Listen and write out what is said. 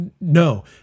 No